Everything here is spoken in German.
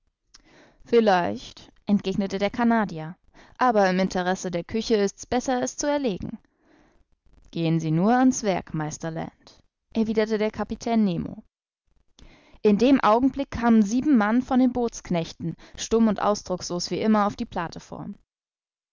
vielleicht entgegnete der canadier aber im interesse der küche ist's besser es zu erlegen gehen sie nur an's werk meister land erwiderte der kapitän nemo in dem augenblick kamen sieben mann von den bootsknechten stumm und ausdruckslos wie immer auf die plateform